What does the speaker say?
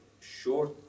short